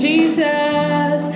Jesus